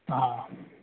हा